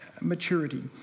maturity